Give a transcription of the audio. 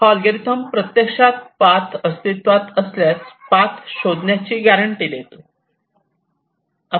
हा अल्गोरिदम प्रत्यक्षात पाथ अस्तित्वात असल्यास पाथ शोधण्याची गॅरंटी देतो